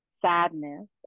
sadness